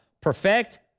perfect